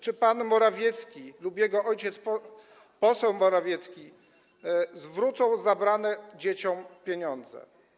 Czy pan Morawiecki lub jego ojciec poseł Morawiecki zwrócą zabrane dzieciom pieniądze?